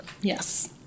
yes